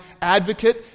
advocate